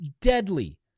Deadly